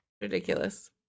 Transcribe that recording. Ridiculous